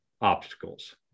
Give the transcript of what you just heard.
obstacles